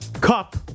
Cup